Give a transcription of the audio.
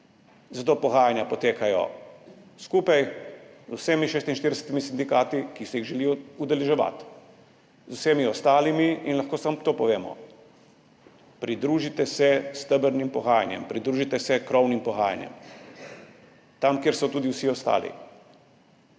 zato pogajanja potekajo skupaj, z vsemi 46 sindikati, ki se jih želijo udeleževati. Vsem ostalim lahko samo to povemo, pridružite se stebrnim pogajanjem, pridružite se krovnim pogajanjem, tam, kjer so tudi vsi ostali.